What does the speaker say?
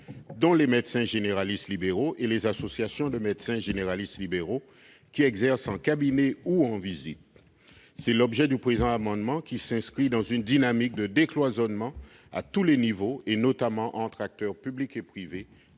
les médecins généralistes libéraux et les associations de médecins généralistes libéraux qui exercent en cabinet ou en visite. Tel est l'objet du présent amendement, qui tend à s'inscrire dans une dynamique de décloisonnement à tous les niveaux, notamment entre secteurs public et privé,